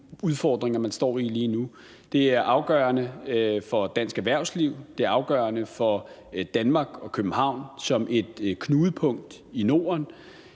udfordringer, man står i lige nu; det er afgørende for dansk erhvervsliv, og det er afgørende for Danmark og København som et knudepunkt i Norden.